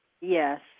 yes